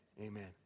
Amen